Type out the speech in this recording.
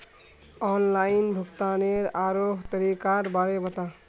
online भुग्तानेर आरोह तरीकार बारे बता